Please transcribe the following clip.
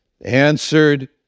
answered